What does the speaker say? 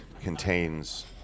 contains